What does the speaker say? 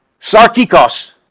Sarkikos